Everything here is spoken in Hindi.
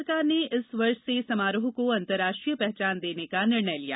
राज्य सरकार ने इस वर्ष से समारोह को अंतर्राष्ट्रीय पहचान देने का निर्णय लिया